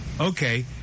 Okay